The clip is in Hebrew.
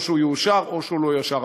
או שהוא יאושר או שהוא לא יאושר.